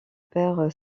père